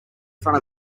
front